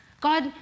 God